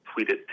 tweeted